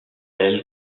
elle